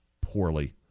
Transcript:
poorly